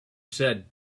said